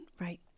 Right